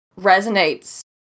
resonates